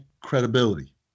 credibility